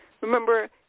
Remember